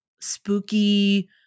spooky